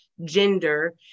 gender